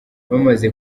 bamaze